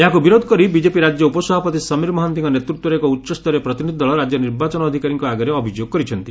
ଏହାକୁ ବିରୋଧ କରି ବିଜେପି ରାଜ୍ୟ ଉପସଭାପତି ସମୀର ମହାନ୍ତିଙ୍କ ନେତୂତ୍ୱରେ ଏକ ଉଚ୍ଚସ୍ତରୀୟ ପ୍ରତିନିଧି ଦଳ ରାକ୍ୟ ନିର୍ବାଚନ ଅଧିକାରୀ ଆଗରେ ଅଭିଯୋଗ କରିଛନ୍ତି